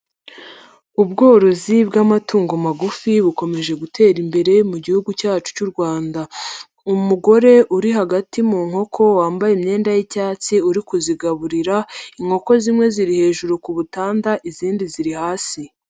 Ubworozi bw'amatungo magufi bukomeje gutera imbere mu Gihugu cyacu cy'u Rwanda, umugore uri hagati mu nkoko wambaye imyenda y'icyatsi uri kuzigaburira, inkoko zimwe ziri hejuru ku butanda izindi ziri hasi.